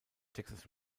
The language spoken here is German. texas